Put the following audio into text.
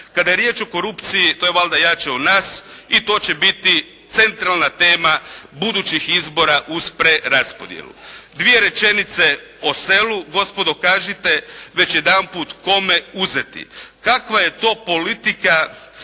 Kada je riječ o korupciji, to je valjda jače od nas i to će biti centralna tema budućih izbora uz preraspodjelu. Dvije rečenice o selu. Gospodo kažite već jedanput kome uzeti. Kakva je to politika